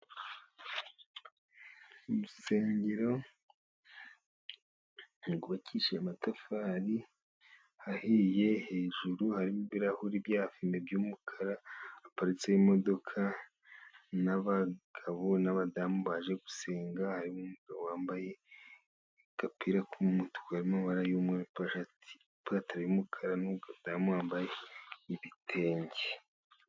Mu rusengero rwubakishije amatafari ahiye, hejuru harimo ibirahuri byafime by'umukara, haparitse imodoka, n'abagabo n'abadamu baje gusenga, harimo umugabo wambaye agapira k'umutuku harimo amabara y'umweru, ni pantaro y'umukara, nmudamu wambaye ibitenge.